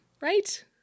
right